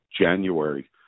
January